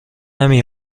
نمی